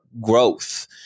growth